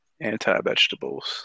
anti-vegetables